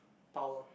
power